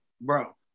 bro